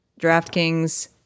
DraftKings